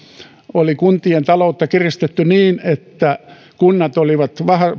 kuntien taloutta kiristetty niin että kunnat olivat